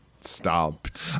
stopped